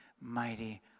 mighty